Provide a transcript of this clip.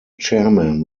chairman